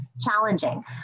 challenging